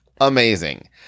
amazing